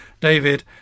David